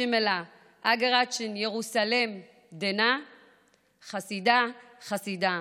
(אומרת באמהרית ומתרגמת:) חסידה חסידה,